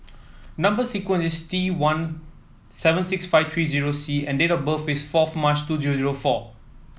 number sequence is T one seven six five three eight zero C and date of birth is fourth March two zero zero four